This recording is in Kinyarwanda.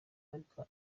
ariko